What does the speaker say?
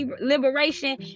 liberation